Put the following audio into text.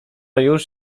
już